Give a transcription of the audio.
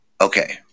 Okay